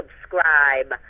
subscribe